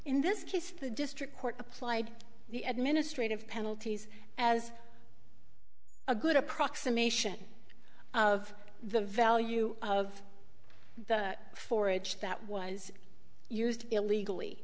in this case the district court applied the administrative penalties as a good approximation of the value of the forage that was used illegally